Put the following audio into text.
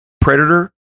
Predator